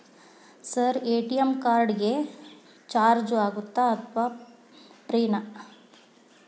Sir ATM card ಗೆ charge ಆಗುತ್ತಾ ಅಥವಾ ಫ್ರೇ ನಾ?